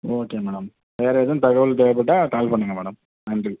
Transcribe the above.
okay madam வேறு எதுவும் தகவல் தேவைப்பட்டா கால் பண்ணுங்கள் மேடம் நன்றி